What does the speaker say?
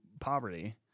poverty